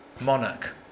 monarch